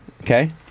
Okay